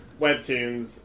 webtoons